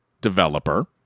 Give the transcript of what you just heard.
developer